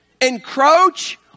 encroach